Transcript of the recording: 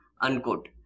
unquote